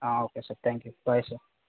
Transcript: okay sir thank you bye sir